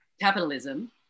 capitalism